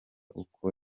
uko